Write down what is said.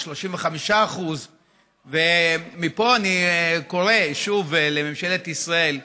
על 35%. מפה אני קורא שוב לממשלת ישראל: